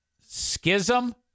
schism